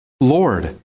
Lord